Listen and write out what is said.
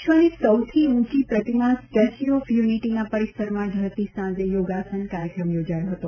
વિશ્વની સૌથી ઉંચી પ્રતિમા સ્ટેચ્યુ ઓફ યુનિટીના પરિસરમાં ઢળતી સાંજે યોગાસન કાર્યક્રમ યોજાયો હતો